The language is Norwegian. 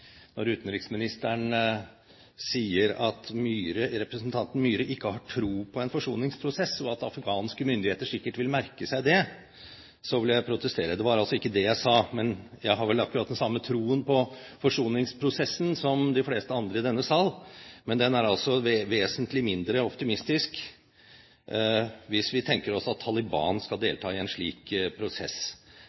når utenriksministeren sier at representanten Myhre ikke har tro på en forsoningsprosess, og at afghanske myndigheter sikkert vil merke seg det, vil jeg protestere. Det var ikke det jeg sa. Jeg har vel akkurat den samme troen på forsoningsprosessen som de fleste andre i denne sal, men den er altså vesentlig mindre optimistisk hvis vi tenker oss at Taliban skal delta i en slik prosess.